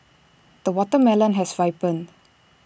the watermelon has ripened